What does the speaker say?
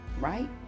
right